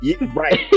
Right